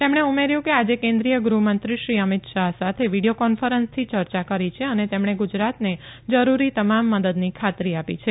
તેમણે ઉમેર્યુ કે આજે કેન્દ્રીય ગૃહમંત્રી શ્રી અમિત શાહ સાથે વીડીયો કોન્ફરન્સથી ચર્યા કરી છે અને તેમણે ગુજરાતને જરૂરી તમામ મદદની ખાતરી આપી છે